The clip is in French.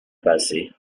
passé